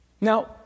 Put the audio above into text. Now